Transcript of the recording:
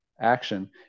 action